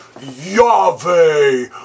Yahweh